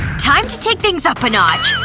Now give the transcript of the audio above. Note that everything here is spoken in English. time to take things up a notch.